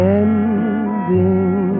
ending